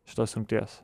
šitos rungties